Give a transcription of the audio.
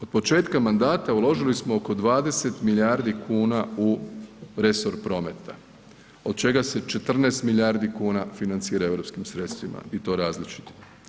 Od početka mandata uložili smo oko 20 milijardi kuna u resor prometa od čega se 14 milijardi kuna financira europskim sredstvima i to različitim.